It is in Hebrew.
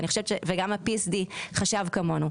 וגם ה-PSD חשב כמונו,